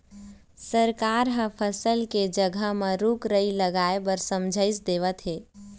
सरकार ह फसल के जघा म रूख राई लगाए बर समझाइस देवत हे